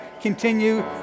continue